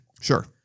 Sure